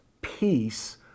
peace